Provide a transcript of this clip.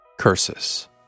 Curses